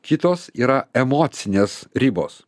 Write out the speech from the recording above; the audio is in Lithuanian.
kitos yra emocinės ribos